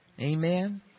Amen